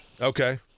Okay